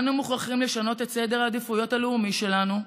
אנו מוכרחים לשנות את סדר העדיפויות הלאומי שלנו,